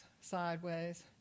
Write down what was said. sideways